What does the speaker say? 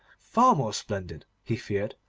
far more splendid, he feared,